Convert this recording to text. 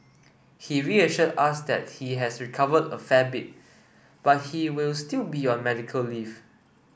he reassured us that he has recovered a fair bit but he will still be on medical leave